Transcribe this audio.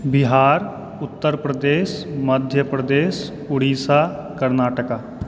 Bihar Uttar Pradesh Madhya Pradesh Orissa Karnataka